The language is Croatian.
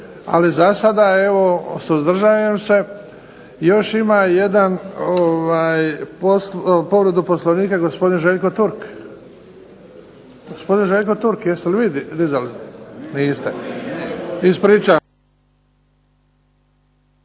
Ali za sada suzdržajem se. Još ima jedan povredu Poslovnika gospodin Željko Turk. Gospodin Željko Turk, jeste li vi dizali? Niste. Ispričavam